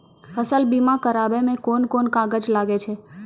फसल बीमा कराबै मे कौन कोन कागज लागै छै?